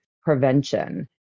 prevention